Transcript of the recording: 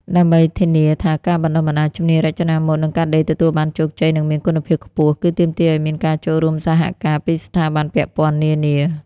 ដើម្បីធានាថាការបណ្តុះបណ្តាលជំនាញរចនាម៉ូដ និងកាត់ដេរទទួលបានជោគជ័យ និងមានគុណភាពខ្ពស់ គឺទាមទារឱ្យមានការចូលរួមសហការពីស្ថាប័នពាក់ព័ន្ធនានា។